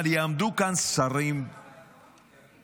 אבל יעמדו כאן שרים חוצפנים,